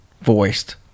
voiced